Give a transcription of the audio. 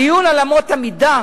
הדיון על אמות המידה,